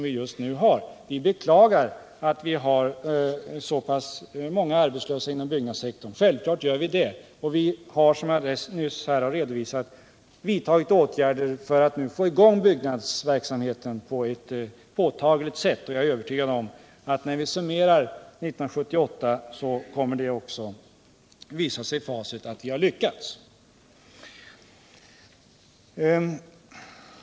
Vi beklagar självfallet att vi har så pass många arbetslösa inom byggnadssektorn, och vi har, som jag nyss redovisat, vidtagit åtgärder för att få i gång byggnadsverksamheten på ett påtagligt sätt. Och jag är övertygad om att när vi summerar 1978 kommer det också att visa sig i facit att vi har lyckats.